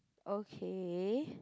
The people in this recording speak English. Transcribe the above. okay